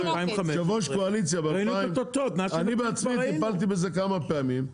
אני אז הייתי יושב ראש קואליציה טיפלתי בזה כמה פעמים,